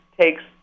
takes